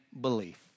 belief